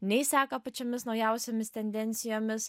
nei seka pačiomis naujausiomis tendencijomis